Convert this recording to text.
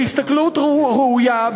בהסתכלות ראויה,